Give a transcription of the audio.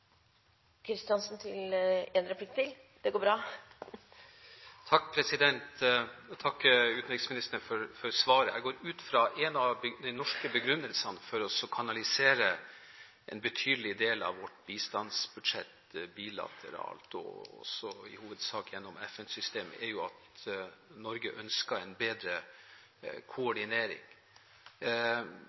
Jeg takker utenriksministeren for svaret. En av de norske begrunnelsene for å kanalisere en betydelig del av vårt bistandsbudsjett bilateralt, og også i hovedsak gjennom FN-systemet, er jo at Norge ønsker en bedre koordinering.